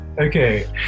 Okay